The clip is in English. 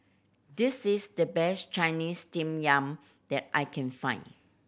this is the best Chinese Steamed Yam that I can find